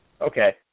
Okay